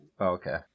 okay